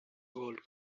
gold